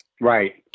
Right